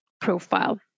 profile